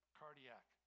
cardiac